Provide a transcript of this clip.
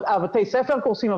בתי הספר קורסים,